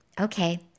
Okay